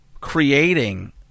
creating